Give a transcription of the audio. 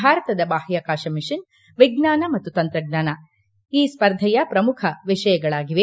ಭಾರತದ ಬಾಹ್ಯಾಕಾಶ ಮಿಷನ್ ವಿಜ್ವಾನ ಮತ್ತು ತಂತ್ರಜ್ವಾನ ಈ ಸ್ಪರ್ಧೆಯ ಪ್ರಮುಖ ವಿಷಯಗಳಾಗಿವೆ